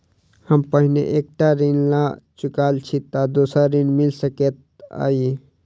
हम पहिने एक टा ऋण लअ चुकल छी तऽ दोसर ऋण मिल सकैत अई?